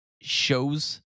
shows